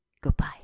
goodbye